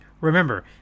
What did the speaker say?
Remember